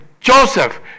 Joseph